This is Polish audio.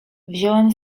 wziąłem